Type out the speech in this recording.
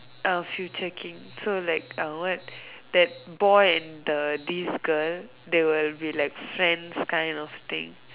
a future king so like uh what that boy and the this girl they will be like friends kind of thing